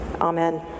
Amen